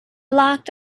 locked